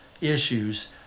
issues